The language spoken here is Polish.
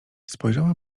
spojrzała